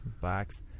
box